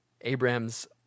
Abraham's